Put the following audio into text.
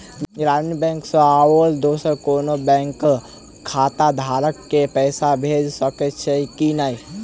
ग्रामीण बैंक सँ आओर दोसर कोनो बैंकक खाताधारक केँ पैसा भेजि सकैत छी की नै?